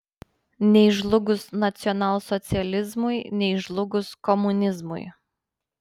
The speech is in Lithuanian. nei žlugus nacionalsocializmui nei žlugus komunizmui